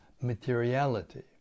materiality